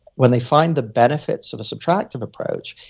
when they find the benefits of subtractive approach,